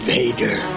Vader